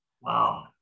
Wow